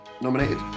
nominated